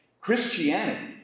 Christianity